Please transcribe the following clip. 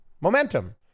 momentum